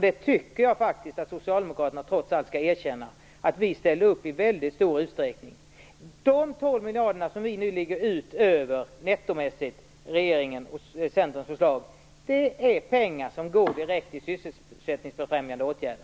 Jag tycker faktiskt att Socialdemokraterna skall erkänna att vi ställde upp i mycket stor utsträckning. De 12 miljarder i vårt förslag som nettomässigt ligger utanför regeringens och Centerns förslag är pengar som går direkt till sysselsättningsbefrämjande åtgärder.